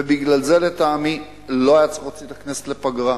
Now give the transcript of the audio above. ובגלל זה לטעמי לא היה צריך להוציא את הכנסת לפגרה,